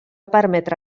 permetre